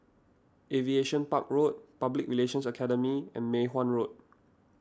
Aviation Park Road Public Relations Academy and Mei Hwan Road